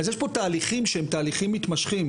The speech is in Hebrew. אז יש פה תהליכים שהם תהליכים מתמשכים.